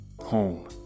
home